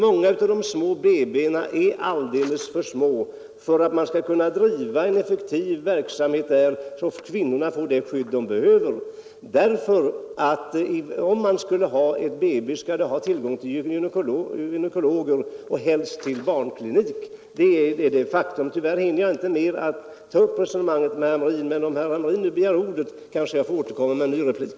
Många BB-avdelningar är alldeles för små för att man där skall kunna driva en så effektiv verksamhet, att kvinnorna får det skydd de behöver. Ett BB bör kunna ha tillgång till gynekologer och helst även till barnklinik. Det är ett faktum. Tyvärr hinner jag inte gå in längre i resonemanget med herr Hamrin, men om herr Hamrin nu begär ordet, kanske jag får tillfälle att återkomma med en ny replik.